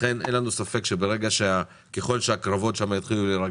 לכן אין לנו ספק שככל שהקרבות שם יתחילו להירגע,